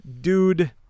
Dude